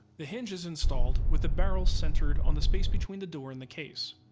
the hinge is installed with the barrel centered on the space between the door and the case.